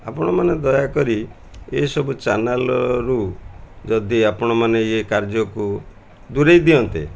ଆପଣମାନେ ଦୟାକରି ଏସବୁ ଚ୍ୟାନେଲ୍ରୁ ଯଦି ଆପଣମାନେ ଇଏ କାର୍ଯ୍ୟକୁ ଦୂରାଇ ଦିଅନ୍ତେ